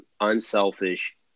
unselfish